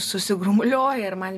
susigrumulioja ir man